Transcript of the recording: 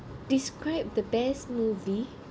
describe the best movie